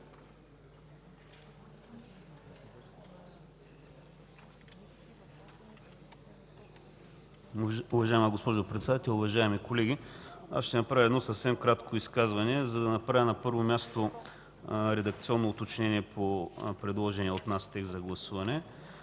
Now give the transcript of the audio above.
Уважаема госпожо Председател, уважаеми колеги! Ще направя съвсем кратко изказване, за да направя редакционно уточнение по предложения от нас текст за гласуване.